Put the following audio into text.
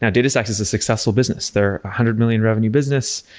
yeah datastax is a successful business. they're a hundred million revenue business.